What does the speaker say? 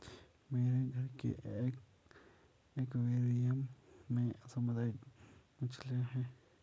मेरे घर के एक्वैरियम में समुद्री मछलियां हैं